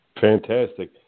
Fantastic